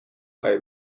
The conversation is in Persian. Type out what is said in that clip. خواهی